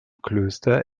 klöster